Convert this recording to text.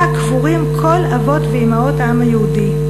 שבה קבורים כל אבות ואימהות העם היהודי,